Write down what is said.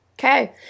Okay